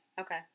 Okay